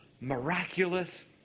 miraculous